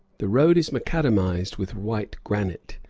the road is macadamized with white granite,